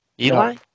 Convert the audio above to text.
Eli